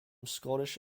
scottish